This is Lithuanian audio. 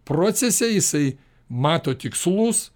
procese jisai mato tikslus